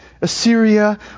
Assyria